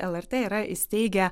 lrt yra įsteigę